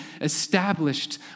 established